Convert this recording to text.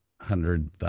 hundred